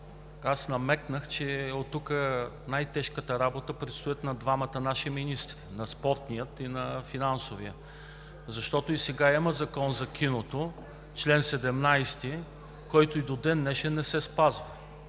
намекнах, че оттук най-тежката работа предстои на двамата наши министри – на спортния, и на финансовия. И сега има Закон за киното – чл. 17, който и до ден днешен не се спазва.